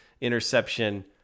interception